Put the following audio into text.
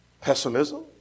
Pessimism